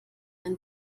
ein